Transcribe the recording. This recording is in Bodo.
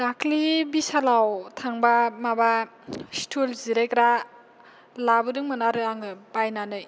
दाख्लि बिसालाव थांबा माबा सिथुल जिरायग्रा लाबोदोंमोन आरो आङो बायनानै